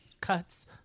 cuts